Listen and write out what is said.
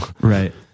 Right